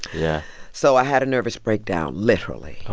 yeah so i had a nervous breakdown, literally.